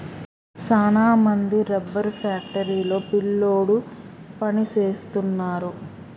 సాన మంది rubber factory లో పిల్లోడు పని సేస్తున్నారు